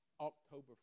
October